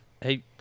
Hey